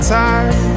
time